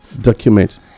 document